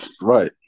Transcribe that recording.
Right